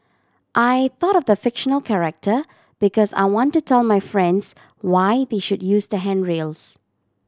I thought of the fictional character because I want to tell my friends why they should use the handrails